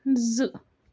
زٕ